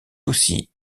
aussi